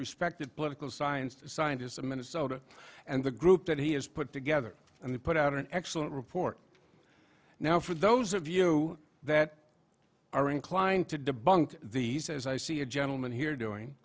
respected political science scientists in minnesota and the group that he has put together and they put out an excellent report now for those of you that are inclined to debunk these as i see a gentleman here doing